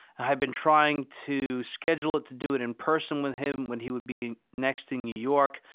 i had been trying to schedule it to do it in person with him when he would be next in new york,